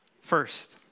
First